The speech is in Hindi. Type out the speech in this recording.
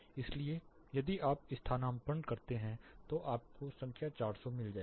इसलिए यदि आप स्थानापन्न करते हैं तो आपको संख्या 400 मिल जाएगी